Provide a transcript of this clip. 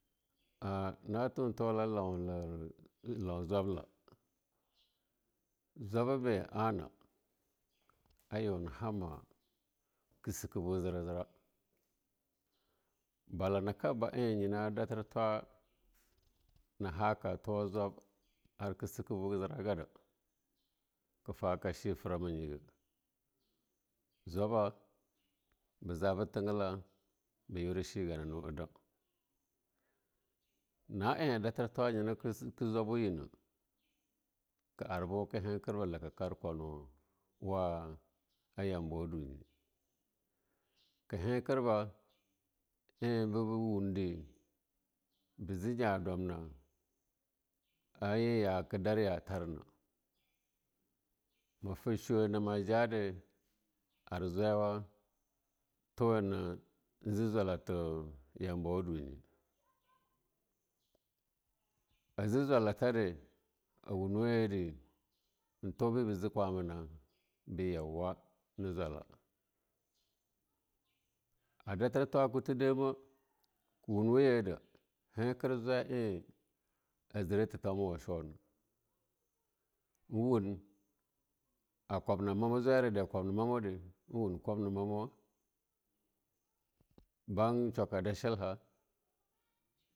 Ah na ta tuwala launla julabla, zwababe anah ayou hama'a ke seke bu jira-jira balana eh ana ka ba e nyina dahir tula, na haka tuwa jwab ar ke sikebuke jira-jira gare ar ka taga ka shi frama nye ga, jwaba ja be thenla be yara shi ganano a dau. Na-eh a dalir tula nyela ke sikirwo jwaibu yina da arbu ke hentir bula karkar kwanwa a yambawa dunyi, ke hentir ba eh beke wunde be jinga dumna, a eh ya ke dar ya tarna, me ta chima nama jah de ar jwaiwa tuwana inji julala ta yambawa dunye, azi jwala tade in tho yambawa dunyi be yauwa aji jwala ta de a wunwa yere intho be yauwa. A dafir kuta dama a wunwa yere intho bebe ji kwabuna be yauwa na jwala. A dafir twa dame a wunwa yire heken jwai eh a jira thetamo wa shuna in wan zwayirya a kalabna mamde in kulamna mama, ban sheuaka da sherha.